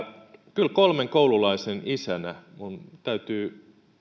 kyllä kolmen koululaisen isänä minun täytyy